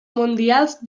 mundials